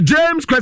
James